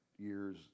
years